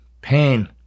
Pain